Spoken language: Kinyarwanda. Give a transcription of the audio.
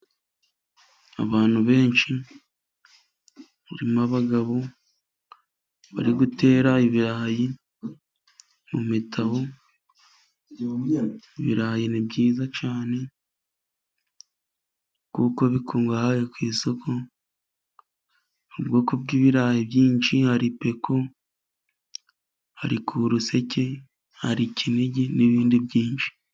Abantu benshi, barimo abagabo bari gutera ibirayi mu mitabo, ibirayi ni byiza cyane, kuko bikungahaye ku isoko, ubwoko bw'ibirayi byinshi hari Peko, hari Kuruseke, hari Kinigi, n'ibindi byinshi.